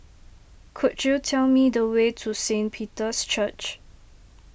could you tell me the way to Saint Peter's Church